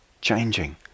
changing